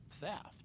theft